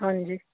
ਹਾਂਜੀ